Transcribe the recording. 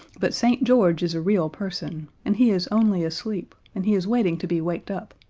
but st. george is a real person, and he is only asleep, and he is waiting to be waked up.